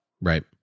Right